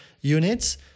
units